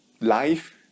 Life